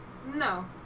no